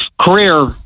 career